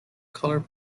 colored